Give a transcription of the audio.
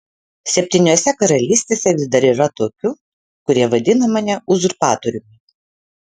septyniose karalystėse vis dar yra tokių kurie vadina mane uzurpatoriumi